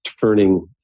turning